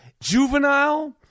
Juvenile